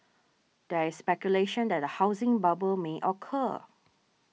there is speculation that a housing bubble may occur